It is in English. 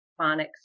phonics